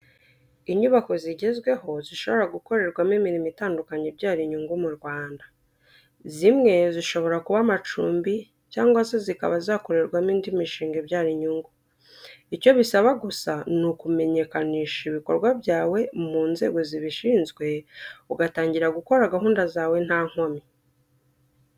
Inyubako zigezweho zishobora gukorerwamo imirimo itandukanye ibyara inyungu mu Rwanda. Zimwe zishobora kuba amacumbi cyangwa se zikaba zakorerwamo indi mishinga ibyara inyungu. Icyo bisaba gusa ni ukumenyekanisha ibikorwa byawe mu nzego zibishinzwe ugatangira gukora gahunda zawe nta nkomyi.